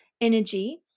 energy